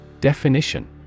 Definition